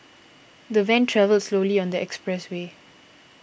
the van travelled slowly on the expressway